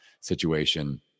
situation